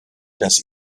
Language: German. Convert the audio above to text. das